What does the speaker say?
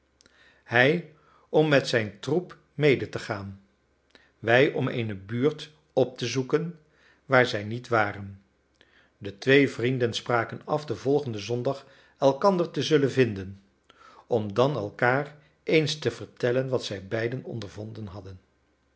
hij om met zijn troep mede te gaan wij om eene buurt op te zoeken waar zij niet waren de twee vrienden spraken af den volgenden zondag elkander te zullen vinden om dan elkaar eens te vertellen wat zij beiden ondervonden hadden